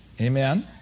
Amen